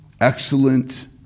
excellent